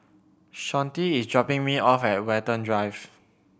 Shawnte is dropping me off at Watten Drive